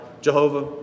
Jehovah